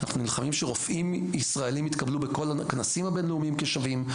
אנחנו נלחמים שרופאים ישראליים יתקבלו בכל הכנסים הבין לאומיים כשווים,